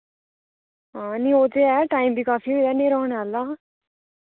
हां निं ओह् ते है टाइम बी काफी होई गेदा न्हेरा होने आह्ला